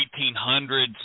1800s